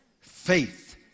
Faith